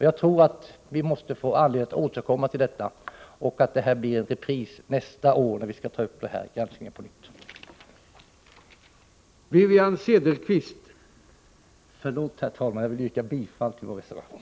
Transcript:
Jag tror att vi får anledning återkomma till detta och att det blir en repris nästa år, när vi på nytt tar upp granskningsärenden. Herr talman! Jag vill yrka bifall till reservation nr 3.